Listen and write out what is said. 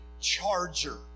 Charger